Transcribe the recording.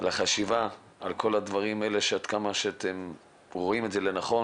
בעצם אנחנו כולנו שומעים מכל אחד עד כמה חשוב הדבר הזה,